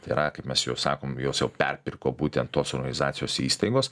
tai yra kaip mes jau sakom juos jau perpirko būtent tos organizacijos ir įstaigos